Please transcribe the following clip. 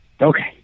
okay